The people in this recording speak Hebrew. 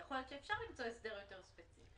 שאפשר למצוא הסדר יותר ספציפי.